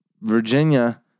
Virginia